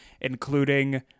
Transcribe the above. including